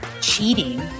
cheating